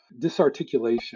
disarticulation